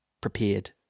prepared